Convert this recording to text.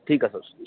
ठीकु आहे दोस्त